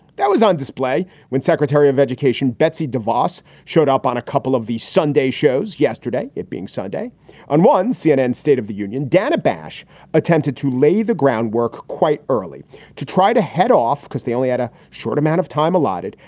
that was on display when secretary of education betsy davos showed up on a couple of the sunday shows yesterday. it being sunday on one cnn state of the union. dana bash attempted to lay the groundwork quite early to try to head off because they only had a short amount of time allotted,